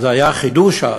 זה היה חידוש אז.